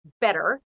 better